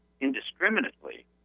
indiscriminately